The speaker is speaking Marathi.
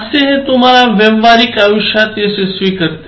हास्य हे तुम्हाला व्यावहारिक आयुष्यात यशस्वी करते